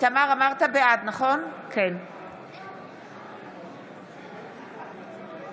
(קוראת בשמות חברי הכנסת)